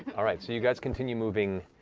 all right. so you guys continue moving,